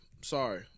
Sorry